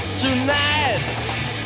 tonight